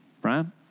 Brian